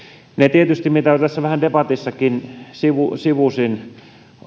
tietysti uhkatekijöitä mitä tässä vähän debatissakin sivusin sivusin